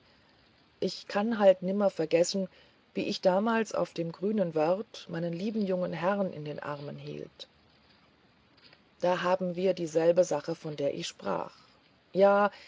ich kann halt nimmer vergessen wie ich damals auf dem grünen wörth meinen lieben jungen herrn in den armen hielt da haben wir dieselbe sache von der ich sprach ja